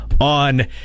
on